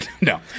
No